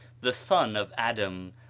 the son of adam,